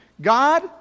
God